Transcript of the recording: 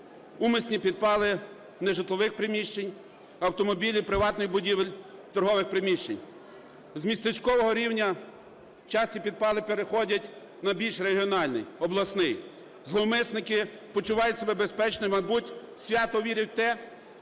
умисні підпали нежитлових приміщень, автомобілів, приватних будівель, торгових приміщень. З містечкового рівня часті підпали переходять на більш регіональний – обласний. Зловмисники почувають себе безпечно і, мабуть, свято вірять в те,